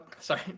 Sorry